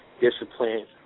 discipline